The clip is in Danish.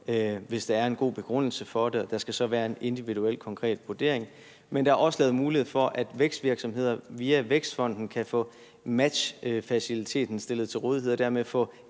hvis der er en god begrundelse for det, og der skal så være en individuel, konkret vurdering. Men der er også lavet en mulighed for, at vækstvirksomheder via Vækstfonden kan få matchfaciliteten stillet til rådighed og dermed få